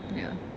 ya